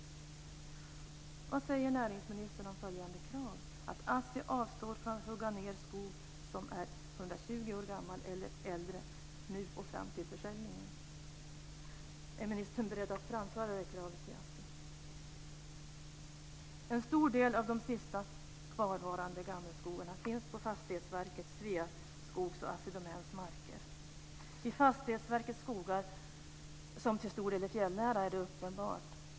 Vad säger näringsministern om följande krav? Assi avstår från att hugga ned skog som är 120 år gammal eller äldre nu och fram till försäljningen. Är ministern beredd att framföra det kravet till Assi? En stor del av de sista kvarvarande gammelskogarna finns på Fastighetsverkets, Sveaskogs och Assi Domäns marker. I Fastighetsverkets skogar, som till stor del är fjällnära, är det uppenbart.